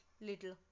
little